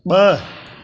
ब॒